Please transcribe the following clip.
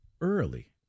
early